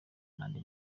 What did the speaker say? n’andi